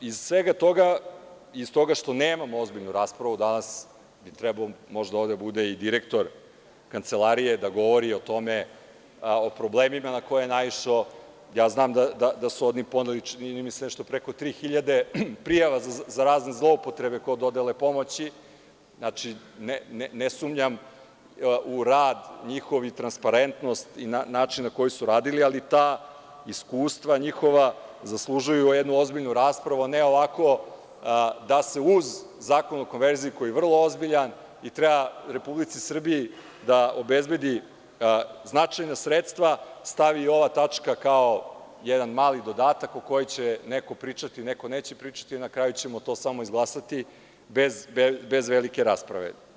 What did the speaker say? Iz svega toga i iz toga što nemamo ozbiljnu raspravu, danas bi trebao možda ovde da bude i direktor Kancelarije da govori o problemima na koje je naišao, znam da su oni podneli nešto preko tri hiljade prijava za razne zloupotrebe kod dodele pomoći, ne sumnjam u njihov rad i transparentnost i način na koji su radili, ali ta njihova iskustva zaslužuju jednu ozbiljnu raspravu, a ne ovako da se uz zakon o konverziji, koji je vrlo ozbiljan i treba Republici Srbiji da obezbedi značajna sredstva, stavi i ova tačka kao jedan mali dodatak o kojoj će neko pričati, neko neće pričati i na kraju ćemo to samo izglasati bez velike rasprave.